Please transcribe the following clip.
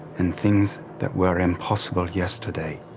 and things that were impossible yesterday